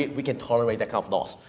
we can tolerate that kind of loss,